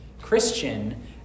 Christian